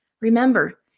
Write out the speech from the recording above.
remember